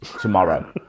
tomorrow